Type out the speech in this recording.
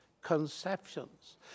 conceptions